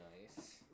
nice